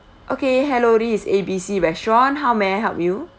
okay hello this is A_B_C restaurant how may I help you